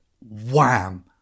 wham